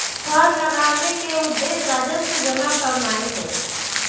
कर लगाबेके उद्देश्य राजस्व जमा करनाइ हइ